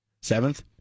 seventh